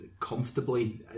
Comfortably